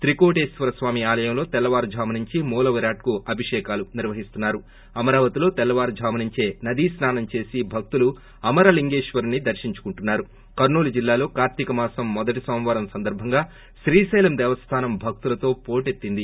త్రికోటేశ్వర స్వామి ఆలయంలో తెల్లవారుజామున నుంచి మూలవిరాట్కు అభిషేకాలు నిర్వహిస్తున్నారు అమరావతిలో తెల్లవారుజాము నుంచే నదీ స్పానం చేసి భక్తులు అమరలింగేశ్వరుడుని దర్భించుకుంటున్నారు కర్నూల్ ్జిల్లాలో కార్గీకమాసం మొదటి సోమవారం సందర్బంగా శ్రీశైలం దేవస్థానం భక్తులుతో పోటెత్తింది